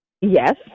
Yes